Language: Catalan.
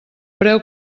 preu